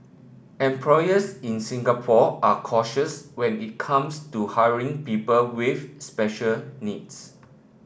employers in Singapore are cautious when it comes to hiring people with special needs